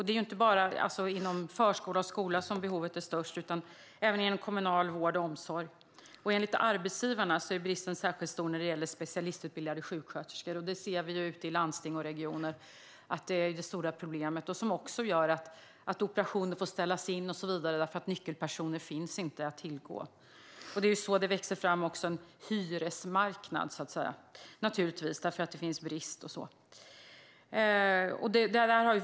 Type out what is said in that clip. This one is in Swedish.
Det är inte bara inom förskola och skola som behovet är störst utan även inom kommunal vård och omsorg. Enligt arbetsgivarna är bristen särskilt stor när det gäller specialistutbildade sjuksköterskor. Vi ser att det är det stora problemet ute i landsting och regioner. Det gör också att operationer får ställas in och så vidare eftersom nyckelpersoner inte finns att tillgå. Det är så det växer fram en "hyresmarknad" - naturligtvis därför att det råder brist på arbetskraft.